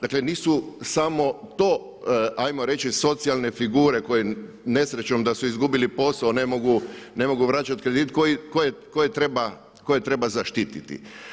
Dakle nisu samo to ajmo reći socijalne figure koje nesrećom da su izgubili posao ne mogu vraćati kredit koje treba zaštiti.